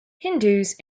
hindus